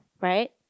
right